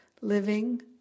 living